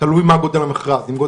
לי עוד הערות,